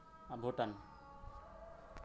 ᱟᱨ Bhutan